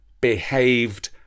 behaved